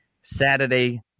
saturday